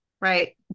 right